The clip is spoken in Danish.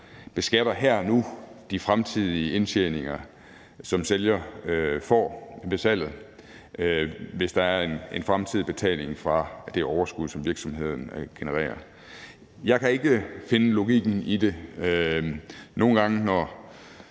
beskatter de fremtidige indtjeninger, som sælger får ved salget, hvis der er en fremtidig betaling fra det overskud, som virksomheden genererer. Jeg kan ikke finde logikken i det. Nogle gange, når